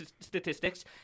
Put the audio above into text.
Statistics